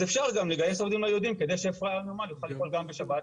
אז אפשר גם לגייס עובדים לא יהודים כדי שהנמל יוכל לפעול גם בשבת.